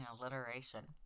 alliteration